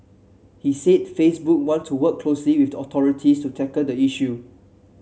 he said Facebook want to work closely with authorities to tackle the issue